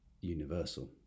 universal